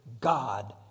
God